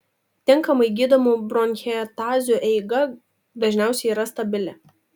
tinkamai gydomų bronchektazių eiga dažniausiai yra stabili